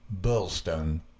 Burlstone